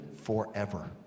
forever